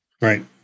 Right